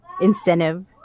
incentive